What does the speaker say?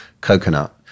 coconut